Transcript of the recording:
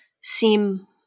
seem